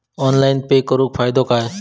Online pay करुन फायदो काय?